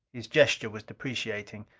his gesture was deprecating.